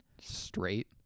Straight